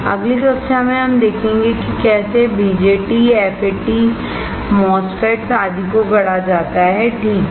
अगली कक्षा में हम देखेंगे कि कैसे BJT FET MOSFETS आदि को गढ़ा जाता है ठीक है